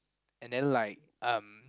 and then like um